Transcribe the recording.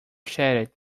shattered